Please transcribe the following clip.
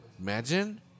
Imagine